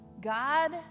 God